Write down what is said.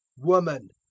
woman,